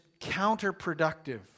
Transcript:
counterproductive